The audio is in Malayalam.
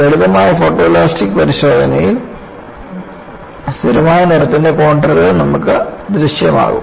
ലളിതമായ ഫോട്ടോലാസ്റ്റിക് പരിശോധനയിൽ സ്ഥിരമായ നിറത്തിന്റെ കോൺണ്ടറുകൾ നമുക്ക് ദൃശ്യമാകും